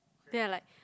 then I like